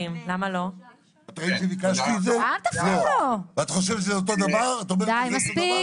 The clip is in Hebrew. אל תפריעו לא, די מספיק.